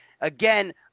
again